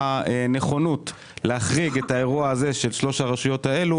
והוא הראה נכונות להחריג את האירוע הזה של שלוש הרשויות האלו